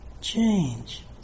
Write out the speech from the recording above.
change